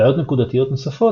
בעיות נקודתיות נוספות,